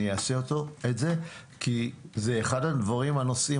אני אעשה את זה כי זה אחד הנושאים